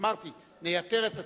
אמרתי: נייתר את הצורך.